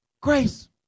Grace